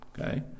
Okay